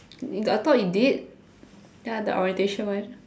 I thought you did ya the orientation one